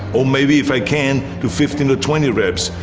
or maybe if i can, do fifteen or twenty reps,